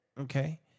Okay